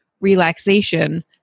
relaxation